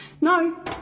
no